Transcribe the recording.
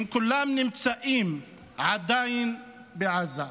הם כולם נמצאים עדיין בעזה.